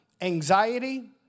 anxiety